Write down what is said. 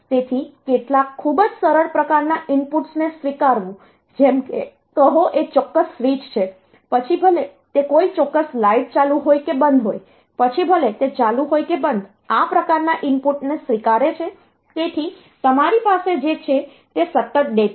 તેથી કેટલાક ખૂબ જ સરળ પ્રકારના ઇનપુટ્સને સ્વીકારવું જેમ કે કહો એ ચોક્કસ સ્વીચ છે પછી ભલે તે કોઈ ચોક્કસ લાઇટ ચાલુ હોય કે બંધ હોય પછી ભલે તે ચાલુ હોય કે બંધ આ પ્રકારના ઇનપુટને સ્વીકારે છે તેથી તમારી પાસે જે છે તે સતત ડેટા છે